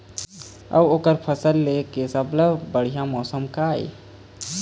अऊ ओकर फसल लेय के सबसे बढ़िया मौसम का ये?